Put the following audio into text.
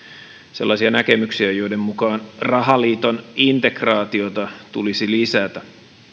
sellaisia näkemyksiä joiden mukaan rahaliiton integraatiota tulisi lisätä